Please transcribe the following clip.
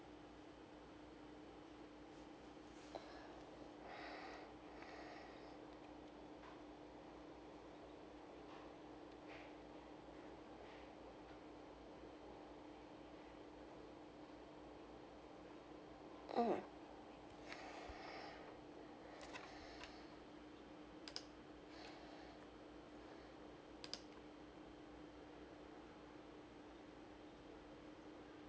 mm